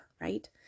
right